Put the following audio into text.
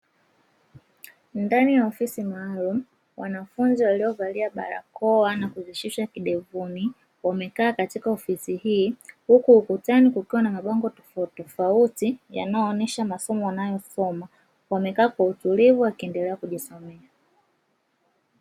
Ndani ya ofisi maalumu wanafunzi waliovalia barakoa na kuzishusha kidevuni, wamekaa katika ofisi hii huku ukutani kukiwa na mabango tofautitofauti yanayoonyesha masomo wanaosoma, wamekaa kwa utulivu wakiendelea kujisomea.